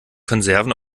konserven